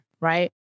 right